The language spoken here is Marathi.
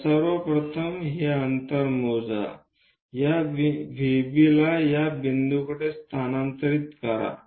तर सर्वप्रथम हे अंतर मोजा या VB ला या बिंदूकडे स्थानांतरित करा